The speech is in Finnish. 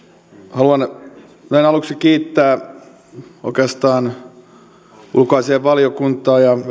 haluan näin aluksi kiittää oikeastaan ulkoasiainvaliokuntaa ja